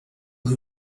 who